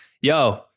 Yo